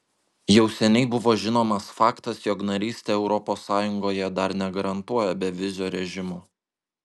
jau seniai buvo žinomas faktas jog narystė europos sąjungoje dar negarantuoja bevizio režimo